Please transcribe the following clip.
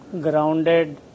grounded